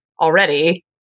already